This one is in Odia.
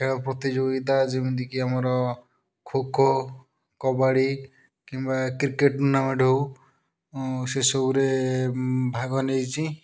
ଖେଳ ପ୍ରତିଯୋଗିତା ଯେମିତିକି ଆମର ଖୋ ଖୋ କବାଡ଼ି କିମ୍ୱା କ୍ରିକେଟ୍ ଟୁର୍ଣ୍ଣାମେଣ୍ଟ୍ ହେଉ ସେସବୁରେ ଭାଗ ନେଇଛି